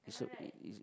it's a it's